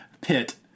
pit